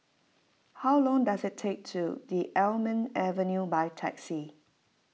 how long does it take to the Almond Avenue by taxi